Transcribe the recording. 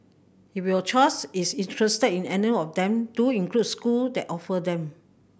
if your child is interested in any of them do include school that offer them